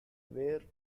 where